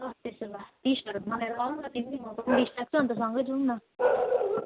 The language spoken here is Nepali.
अन्त सँगै जाऔँ न